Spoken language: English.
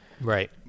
Right